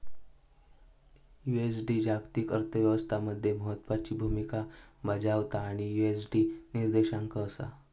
USD जागतिक अर्थ व्यवस्था मध्ये महत्त्वाची भूमिका बजावता आणि यु.एस.डी निर्देशांक असा